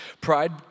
pride